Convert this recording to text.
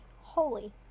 holy